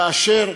כאשר,